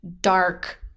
dark